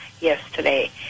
yesterday